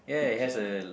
picture in it